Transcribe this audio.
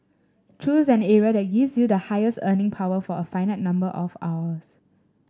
choose an area that gives you the highest earning power for a finite number of hours